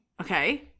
Okay